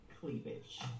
cleavage